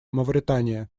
мавритания